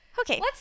okay